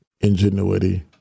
ingenuity